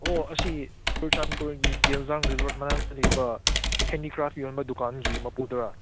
ꯑꯣ ꯑꯁꯤ ꯆꯨꯔꯆꯥꯟꯄꯨꯔꯒꯤ ꯒꯦꯜꯖꯥꯡ ꯔꯤꯖꯣꯔꯠ ꯃꯅꯥꯛꯇ ꯂꯩꯕ ꯍꯦꯟꯗꯤꯀ꯭ꯔꯥꯐꯠ ꯌꯣꯟꯕ ꯗꯨꯀꯥꯟꯒꯤ ꯃꯄꯨꯗꯨꯔꯥ